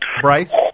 Bryce